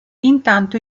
intanto